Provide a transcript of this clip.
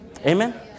Amen